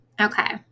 Okay